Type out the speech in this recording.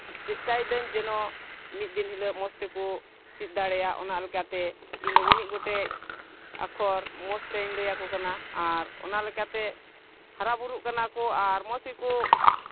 ᱪᱮᱥᱴᱟᱭᱮᱫᱟᱹᱧ ᱡᱮᱱᱚ ᱢᱤᱫ ᱫᱤᱱ ᱦᱤᱞᱳᱜ ᱢᱚᱡᱽ ᱛᱮᱠᱚ ᱪᱮᱫ ᱫᱟᱲᱮᱭᱟᱜ ᱚᱱᱟ ᱞᱮᱠᱟᱛᱮ ᱤᱧᱫᱚ ᱢᱤᱢᱤᱫ ᱜᱚᱴᱮᱡ ᱟᱠᱷᱚᱨ ᱢᱚᱡᱽ ᱛᱤᱧ ᱞᱟᱹᱭ ᱟᱠᱚ ᱠᱟᱱᱟ ᱟᱨ ᱚᱱᱟ ᱞᱮᱠᱟᱛᱮ ᱦᱟᱨᱟᱼᱵᱩᱨᱩᱜ ᱠᱟᱱᱟ ᱠᱚ ᱟᱨ ᱢᱚᱡᱽ ᱜᱮᱠᱚ